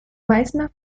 meißner